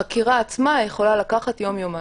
חקירה עצמה יכולה לקחת יום-יומיים.